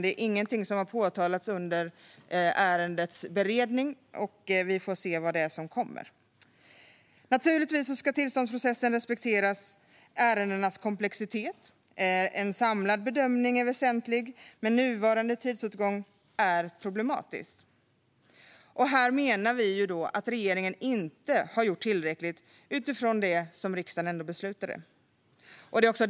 Det är dock ingenting som har nämnts under ärendets beredning. Vi får se vad det är som kommer. Naturligtvis ska tillståndsprocessen respektera ärendenas komplexitet. En samlad bedömning är väsentlig, men nuvarande tidsåtgång är problematisk. Här menar vi att regeringen inte har gjort tillräckligt utifrån riksdagens beslut.